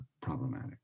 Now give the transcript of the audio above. problematic